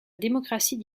démocratie